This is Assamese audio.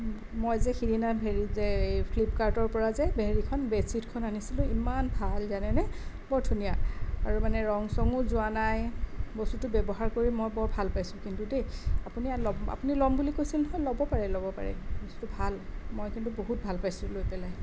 মই যে সেইদিনা হেৰিত যে এই ফ্লিপকাৰ্টৰ পৰা যে হেৰিখন বেডশ্বিটখন আনিছিলোঁ ইমান ভাল জানেনে বৰ ধুনীয়া আৰু মানে ৰং চঙো যোৱা নাই বস্তুটো ব্যৱহাৰ কৰি মই বৰ ভাল পাইছোঁ কিন্তু দেই আপুনি ল'ম আপুনি ল'ম বুলি কৈছিল নহয় ল'ব পাৰে ল'ব পাৰে বস্তুটো ভাল মই কিন্তু বহুত ভাল পাইছোঁ লৈ পেলাই